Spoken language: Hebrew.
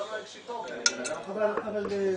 נוהג שיכור --- אבל כוס בירה זה לא שיכור.